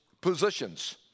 positions